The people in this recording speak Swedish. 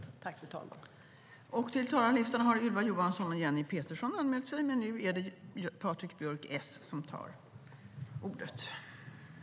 Då Johan Andersson , som framställt en av interpellationerna, hade anmält att han var förhindrad att närvara vid sammanträdet medgav förste vice talmannen att Patrik Björck fick ta emot båda interpellationssvaren.